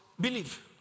believe